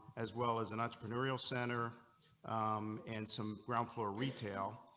as well as an entrepreneurial center and some ground floor retail.